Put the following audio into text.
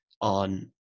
on